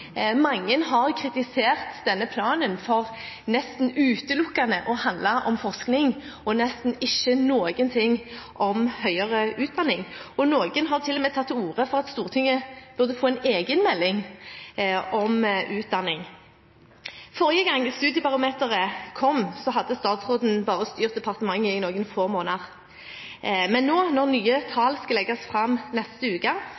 Mange har kritisert denne planen for å handle nesten utelukkende om forskning og nesten ikke noe om høyere utdanning. Noen har til og med tatt til orde for at Stortinget burde få en egen melding om utdanning. Forrige gang Studiebarometeret kom, hadde statsråden bare styrt departementet i noen få måneder, men når nye tall skal legges fram i neste uke,